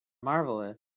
marvelous